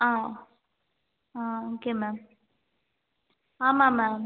ஆ ஆ okay ma'am ஆமா ma'am